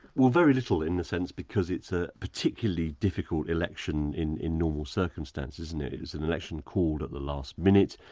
well very little in a sense because it's a particularly difficult election in in normal circumstance, isn't it, it was an election called at the last minute,